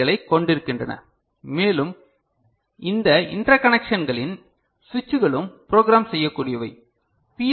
களைக் கொண்டிருக்கின்றன மேலும் இந்த இண்டர்கனெக்ஷன்களின் சுவிட்சுகளும் ப்ரோக்ராம் செய்யக்கூடியவை பி